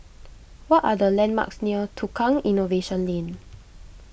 what are the landmarks near Tukang Innovation Lane